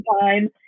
time